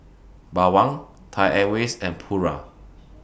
Bawang Thai Airways and Pura